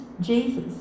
Jesus